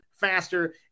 faster